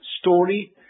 story